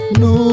no